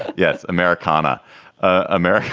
yes, americana america